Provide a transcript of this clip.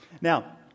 Now